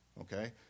okay